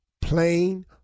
Plain